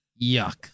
yuck